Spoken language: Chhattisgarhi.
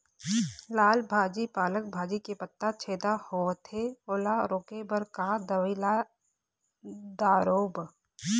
लाल भाजी पालक भाजी के पत्ता छेदा होवथे ओला रोके बर का दवई ला दारोब?